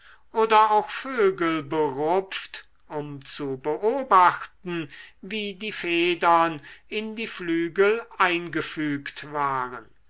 oder auch vögel berupft um zu beobachten wie die federn in die flügel eingefügt waren